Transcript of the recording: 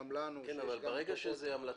גם לנו --- אבל ברגע שזה המלצות,